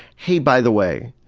hey, by the way,